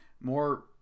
more